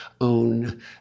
own